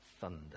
thunder